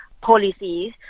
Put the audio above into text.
policies